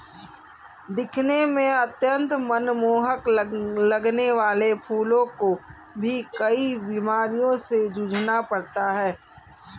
दिखने में अत्यंत मनमोहक लगने वाले फूलों को भी कई बीमारियों से जूझना पड़ता है